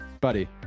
buddy